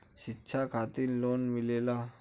शिक्षा खातिन लोन मिलेला?